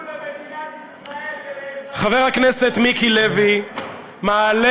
מה הערוצים האלה יתרמו למדינת ישראל ולאזרחיה, מה?